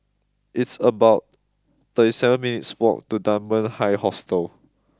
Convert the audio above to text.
it's about thirty seven minutes' walk to Dunman High Hostel